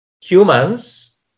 humans